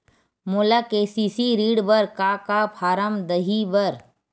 मोला के.सी.सी ऋण बर का का फारम दही बर?